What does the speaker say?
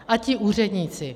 A ti úředníci.